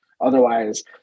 otherwise